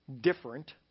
different